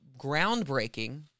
groundbreaking